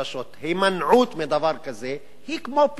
הימנעות מדבר כזה היא כמו פעולה,